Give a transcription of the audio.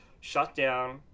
shutdown